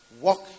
walk